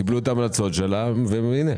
קיבלו את ההמלצות שלה והינה.